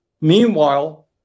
Meanwhile